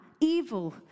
evil